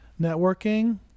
networking